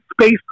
space